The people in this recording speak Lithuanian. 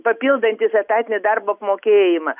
papildantis etatinį darbo apmokėjimą